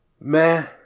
meh